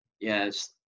yes